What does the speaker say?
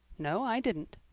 no, i didn't.